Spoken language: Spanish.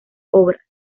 obras